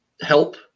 help